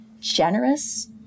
generous